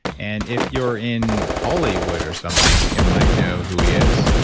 and if you're in hollywood or something, you might know who he is,